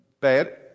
bad